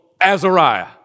Azariah